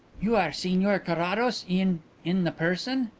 you are signor carrados, in in the person?